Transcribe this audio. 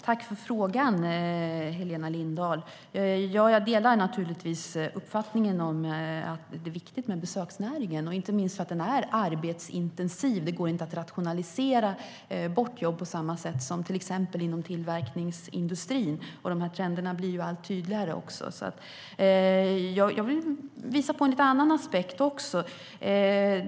Herr ålderspresident! Tack för frågan, Helena Lindahl! Jag vill visa på en annan aspekt.